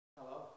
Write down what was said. Hello